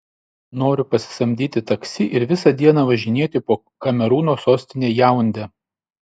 noriu pasisamdyti taksi ir visą dieną važinėti po kamerūno sostinę jaundę